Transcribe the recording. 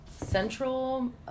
Central